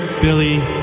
billy